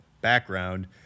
background